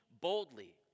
boldly